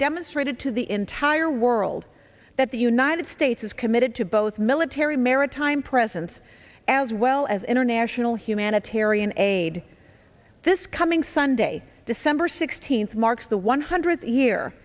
demonstrated to the entire world that the united states is committed to both military maritime presence as well as international humanitarian aid this coming sunday december sixteenth marks the one hundredth year